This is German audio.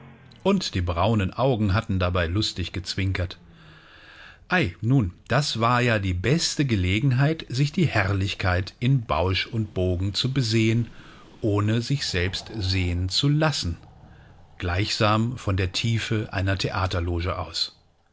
und die braunen augen hatten dabei lustig gezwinkert ei nun da war ja die beste gelegenheit sich die herrlichkeit in bausch und bogen zu besehen ohne sich selbst sehen zu lassen gleichsam von der tiefe einer theaterloge aus